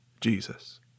Jesus